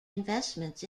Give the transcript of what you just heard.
investments